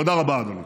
תודה רבה, אדוני.